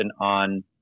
on